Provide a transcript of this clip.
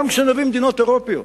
גם במדינות אירופיות,